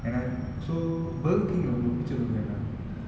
and I so burger king ரொம்ப புடிச்சது வந்து என்ன:romba pudichathu vanthu enna